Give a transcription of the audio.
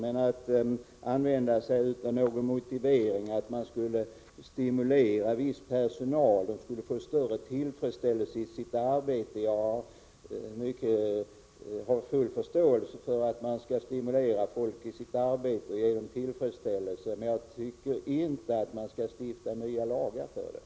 Men här används motiveringen att man skall stimulera viss personal, som skulle få större tillfredsställelse i sitt arbete. Jag har full förståelse för att man skall stimulera folk i deras arbete och låta dem känna tillfredsställelse, men jag tycker inte att man skall stifta nya lagar för det.